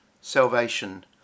salvation